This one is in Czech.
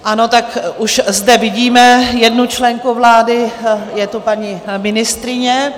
Ano, tak už zde vidíme jednu členku vlády, je to paní ministryně.